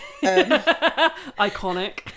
Iconic